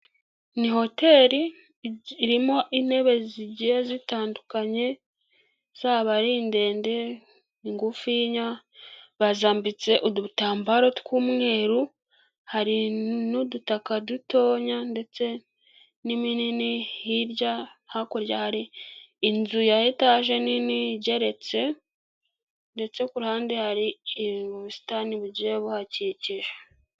Ni hotel irimo intebe zigiye zitandukanye, zaba ari ndende, ingufiya bazambitse udutambaro tw'umweru, hari n'udutaka dutoya ndetse n'iminini hirya hakuryahari inzu ya etaje nini igeretse ndetse ku ruhande hari ubusitani bugiye buhakikije.